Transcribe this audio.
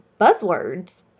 buzzwords